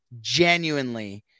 genuinely